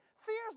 Fear's